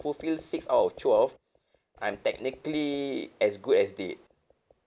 fulfill six out of twelve I'm technically as good as dead